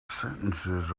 sentences